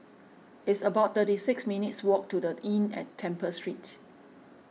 it's about thirty six minutes' walk to the Inn at Temple Street